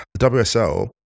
WSL